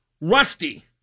Rusty